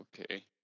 okay